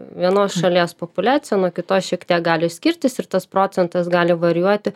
vienos šalies populiacija nuo kitos šiek tiek gali skirtis ir tas procentas gali varijuoti